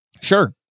Sure